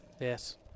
Yes